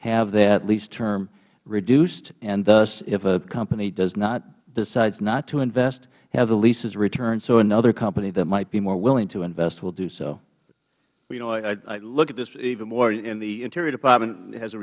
have that lease term reduced and thus if a company does not decides not to invest have the leases returned so another company that might be more willing to invest will do so mister tierney i look at this even more and the interior department as a